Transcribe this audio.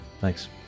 Thanks